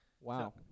Wow